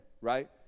right